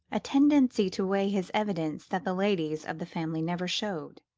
a tendency to weigh his evidence that the ladies of the family never showed.